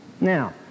Now